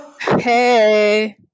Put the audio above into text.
Hey